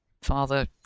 father